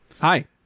Hi